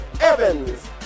Evans